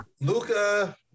Luca